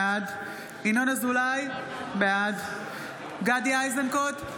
בעד ינון אזולאי, בעד גדי איזנקוט,